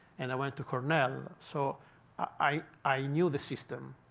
and i went to cornell. so i i knew the system.